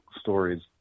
stories